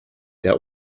der